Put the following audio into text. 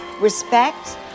respect